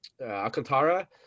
Alcantara